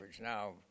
now